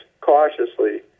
cautiously